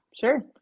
sure